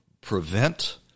prevent